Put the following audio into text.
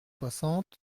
soixante